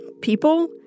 people